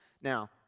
Now